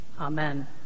Amen